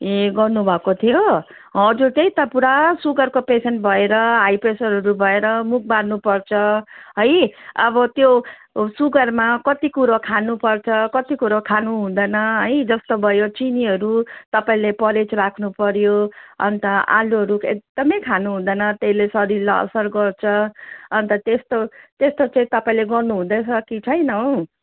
ए गर्नुभएको थियो हजुर त्यही त पुरा सुगरको पेसेन्ट भएर हाई प्रेसरहरू भएर मुख बार्नुपर्छ है अब त्यो सुगरमा कति कुरो खानुपर्छ कति कुरो खानुहुँदैन है जस्तो भयो चिनीहरू तपाईँले परहेज राख्नुपऱ्यो अनि त आलुहरू एकदमै खानुहुँदैन त्यसले शरीरलाई असर गर्छ अनि त त्यस्तो त्यस्तो के तपाईँले गर्नु हुँदैछ कि छैन हौ